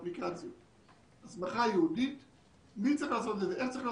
ותקנה 34 היא הצהרת נגישות על השירות ועל